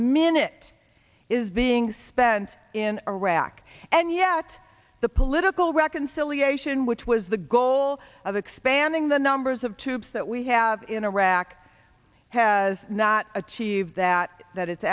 minute is being spent in iraq and yet the political reconciliation which was the goal of expanding the numbers of troops that we have in iraq has not achieved that that it's